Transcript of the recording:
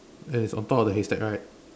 and it's on top of the haystack right